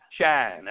shine